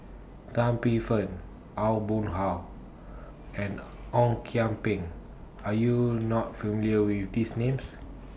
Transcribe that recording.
Tan Paey Fern Aw Boon Haw and Ong Kian Peng Are YOU not familiar with These Names